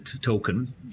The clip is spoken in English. token